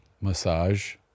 Massage